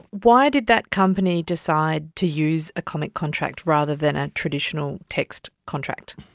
why did that company decide to use a comic contract rather than a traditional text contract?